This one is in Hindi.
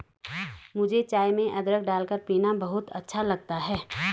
मुझे चाय में अदरक डालकर पीना बहुत अच्छा लगता है